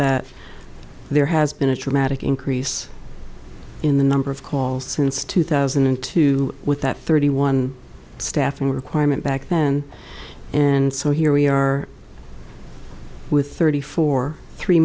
that there has been a dramatic increase in the number of calls since two thousand and two with that thirty one staffing requirement back then and so here we are with thirty four three